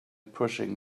pushing